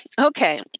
okay